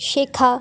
শেখা